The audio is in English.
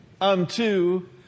unto